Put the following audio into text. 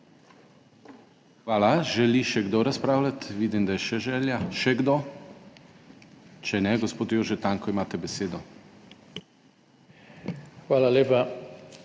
Hvala. Želi še kdo razpravljati? Vidim, da je še želja. Še kdo? Če ne, gospod Jože Tanko, imate besedo. **JOŽE